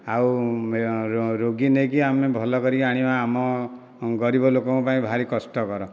ଆଉ ରୋଗୀ ନେଇକି ଆମେ ଭଲ କରିକି ଆଣିବା ଆମ ଗରିବ ଲୋକଙ୍କ ପାଇଁ ଭାରି କଷ୍ଟକର